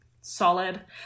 solid